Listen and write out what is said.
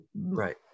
Right